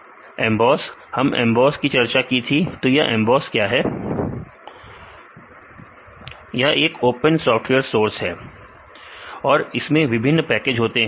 विद्यार्थी EMBOSS EMBOSS हम EMBOSS की चर्चा विद्यार्थी ओपन सॉफ्टवेयर सोर्स यह ओपन सॉफ्टवेयर सोर्स है और इसमें विभिन्न पैकेज होते हैं